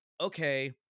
okay